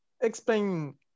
explain